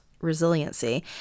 resiliency